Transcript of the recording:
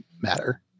matter